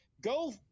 go